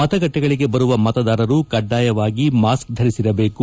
ಮತಗಟ್ಟೆಗಳಿಗೆ ಬರುವ ಮತದಾರರು ಕಡ್ಡಾಯವಾಗಿ ಮಾಸ್ಕ್ ಧರಿಸಿರಬೇಕು